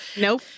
Nope